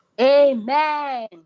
Amen